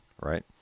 right